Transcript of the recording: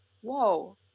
whoa